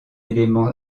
élément